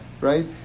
right